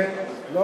שלי, חוק שלי.